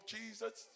Jesus